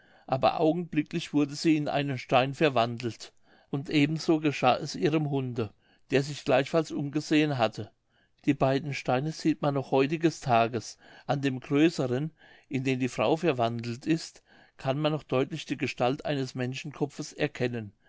aber augenblicklich wurde sie in einen stein verwandelt und eben so geschah auch ihrem hunde der sich gleichfalls umgesehen hatte die beiden steine sieht man noch heutiges tages an dem größeren in den die frau verwandelt ist kann man noch deutlich die gestalt eines menschenkopfes erkennen